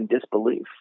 disbelief